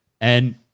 and-